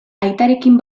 aitarekin